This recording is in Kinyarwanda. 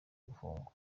gufungwa